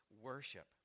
worship